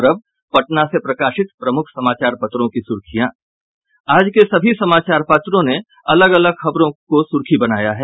और अब पटना से प्रकाशित प्रमुख समाचार पत्रों की सुर्खियां आज के सभी समाचार पत्रों ने अलग अलग खबरों को सुर्खी बनाया है